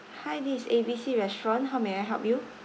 hi this is A B C restaurant how may I help you